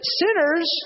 sinners